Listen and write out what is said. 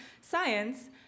science